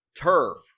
turf